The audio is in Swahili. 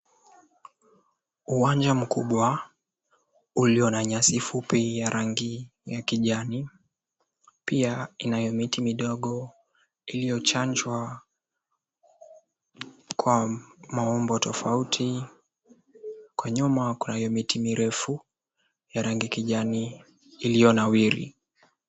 Uwanja mkubwa ulio na nyasi fupi ya rangi ya kijani pia inayo miti midogo iliyochanjwa kwa maumbo tofauti. Kwa nyuma kunayo miti mirefu ya rangi kijani iliyonawiri.